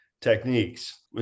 techniques